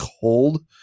cold